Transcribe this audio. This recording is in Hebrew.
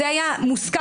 זה היה מוסכם.